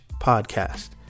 podcast